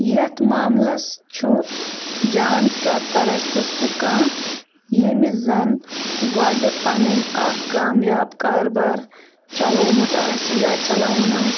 یَتھ معاملَس چھُ جان سَرپرَست سُہ كانٛہہ ییٚمہِ زَن گۄڈٕ پنٕنۍ اَكھ کامیاب كاربار چلوومُت آسہِ یا چلاوُن آسہِ